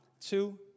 Two